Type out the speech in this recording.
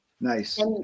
Nice